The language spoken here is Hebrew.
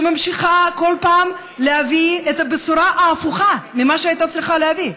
שממשיכה כל פעם להביא את הבשורה ההפוכה ממה שהייתה צריכה להביא?